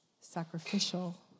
sacrificial